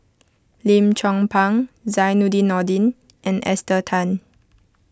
Lim Chong Pang Zainudin Nordin and Esther Tan